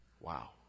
Wow